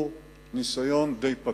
הוא ניסיון די פתטי.